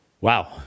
Wow